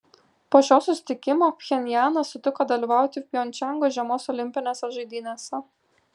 po šio susitikimo pchenjanas sutiko dalyvauti pjongčango žiemos olimpinėse žaidynėse